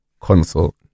console